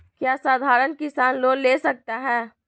क्या साधरण किसान लोन ले सकता है?